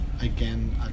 again